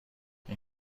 این